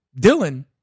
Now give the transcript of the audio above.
Dylan